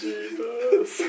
Jesus